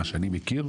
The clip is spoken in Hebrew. ממה שאני מכיר,